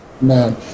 man